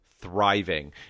thriving